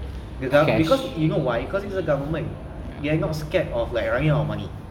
the gov~ because you know why because it's the government they are not scared of like running out of money